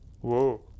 whoa